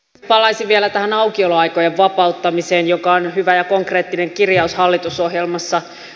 palaisin vielä tähän aukioloaikojen vapauttamiseen joka on hyvä ja konkreettinen kirjaus hallitusohjelmassa